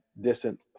distant